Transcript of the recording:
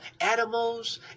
animals